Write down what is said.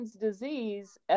disease